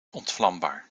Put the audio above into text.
ontvlambaar